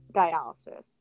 dialysis